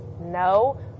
No